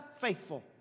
faithful